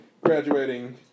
graduating